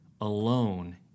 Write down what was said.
alone